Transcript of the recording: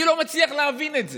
אני לא מצליח להבין את זה.